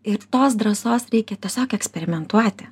ir tos drąsos reikia tiesiog eksperimentuoti